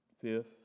Fifth